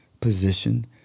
position